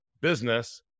business